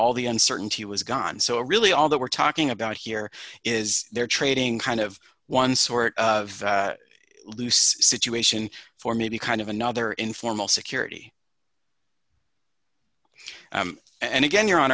all the uncertainty was gone so really all that we're talking about here is they're trading kind of one sort of loose situation for maybe kind of another informal security and again you